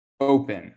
open